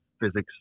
physics